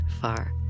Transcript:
far